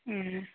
ഉം